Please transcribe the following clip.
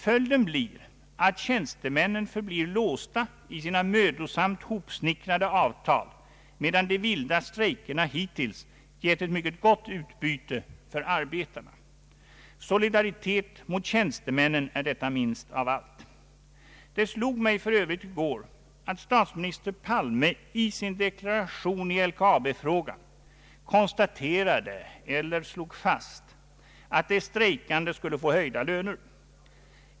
Följden blir, att tjänstemännen förblir låsta i sina mödosamt hopsnickrade avtal, medan de vilda strejkerna hittills gett ett mycket gott utbyte för arbetarna. Solidaritet mot tjänstemännen är detta minst av allt. Det slog mig för övrigt i går att statsminister Palme i sin deklaration i LKAB-frågan konstaterade eller slog fast att de strejkande skulle få höjda löner.